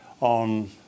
on